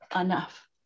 enough